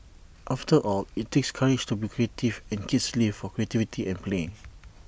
after all IT takes courage to be creative and kids live for creativity and play